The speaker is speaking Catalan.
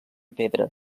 pedra